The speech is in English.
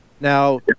Now